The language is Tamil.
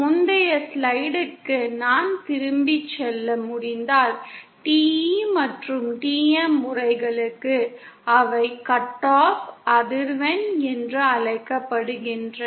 முந்தைய ஸ்லைடிற்கு நான் திரும்பிச் செல்ல முடிந்தால் TE மற்றும் TM முறைகளுக்கு அவை கட் ஆஃப் அதிர்வெண் என்று அழைக்கப்படுகின்றன